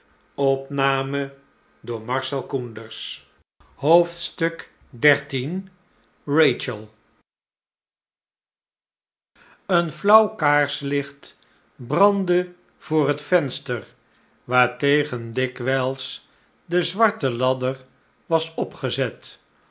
een flauw kaarslicht brandde voor het venster waartegen dikwijls de zwarte ladder was opgezet